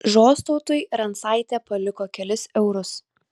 žostautui rancaitė paliko kelis eurus